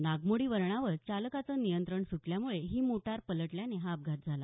नागमोडी वळणावर चालकाचं नियंत्रण सुटल्यामुळे ही मोटार पलटल्यानं हा अपघात झाला